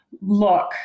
look